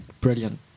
Brilliant